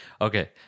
Okay